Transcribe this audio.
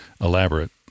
elaborate